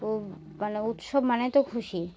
ও মানে উৎসব মানে তো খুশি